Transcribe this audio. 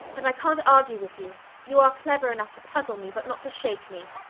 and i cant argue with you you are clever enough to puzzle me, but not to shake me.